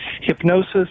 Hypnosis